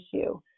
issue